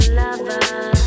lover